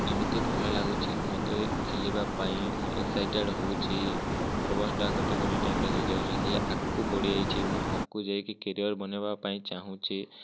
ଏମିତି ଭଲ ଲାଗୁଛି ମୋତେ ଖେଲିବା ପାଇଁ ମୁଁ ଏକ୍ସାଇଟେଡ଼୍ ହେଉଛି ନର୍ଭସ୍ଟା ଗୋଟେ ଗୋଟେ ଟାଇମ୍ରେ ହୋଇଯାଉଛି ହେଲେ ଆଗକୁ ବଢ଼ି ଆଇଛି ମୁଁ ଆଗକୁ ଯାଇକି କେରିଅର୍ ବନେଇବା ପାଇଁ ଚାହୁଁଛି